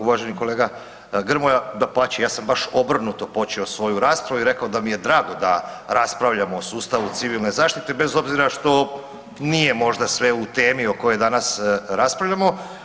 Uvaženi kolega Grmoja, dapače, ja sam baš obrnuto počeo svoju raspravu i rekao da mi je drago da raspravljamo o sustavu civilne zaštite bez obzira što nije možda sve u temi o kojoj danas raspravljamo.